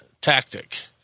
tactic